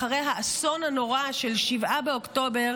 אחרי האסון הנורא של 7 באוקטובר,